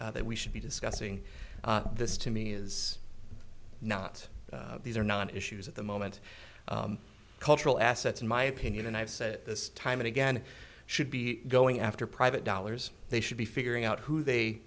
needs that we should be discussing this to me is not these are not issues at the moment cultural assets in my opinion and i've said this time and again should be going after private dollars they should be figuring out who they